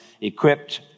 equipped